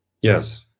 Yes